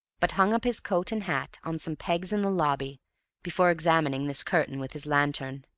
but hung up his coat and hat on some pegs in the lobby before examining this curtain with his lantern.